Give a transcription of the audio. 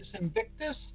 Invictus